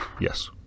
Yes